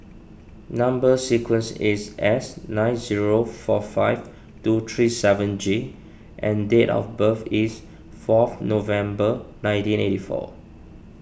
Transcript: Number Sequence is S nine zero four five two three seven G and date of birth is fourth November nineteen eighty four